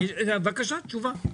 בבקשה, תשובה.